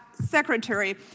Secretary